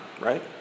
right